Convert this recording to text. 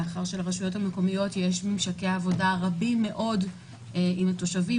מאחר שלרשויות המקומיות יש ממשקי עבודה רבים מאוד עם התושבים,